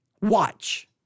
Watch